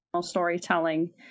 storytelling